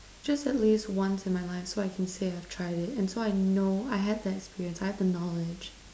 just at least once in my life so I can say I've tried it and so I know I have the experience I have the knowledge